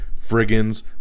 Friggins